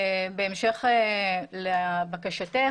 בהמשך לבקשתך,